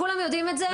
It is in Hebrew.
כולם יודעים את זה.